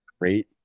Great